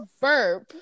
burp